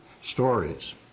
stories